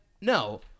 No